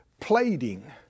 plating